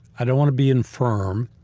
i don't want to be infirm.